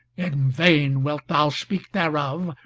in vain wilt thou speak thereof,